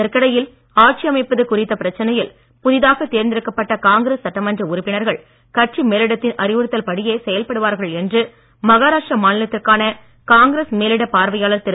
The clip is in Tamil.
இதற்கிடையில் ஆட்சி அமைப்பது குறித்த பிரச்சனையில் புதிதாக தேர்ந்தெடுக்கப்பட்ட காங்கிரஸ் சட்டமன்ற உறுப்பினர்கள் கட்சி மேலிடத்தின் அறிவுறுத்தல்படியே செயல்படுவார்கள் என்று மகாராஷ்டிரா மாநிலத்திற்கான காங்கிரஸ் மேலிட பார்வையாளர் திரு